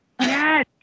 yes